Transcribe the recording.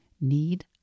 need